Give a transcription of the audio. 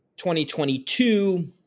2022